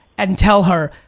and tell her,